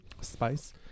spice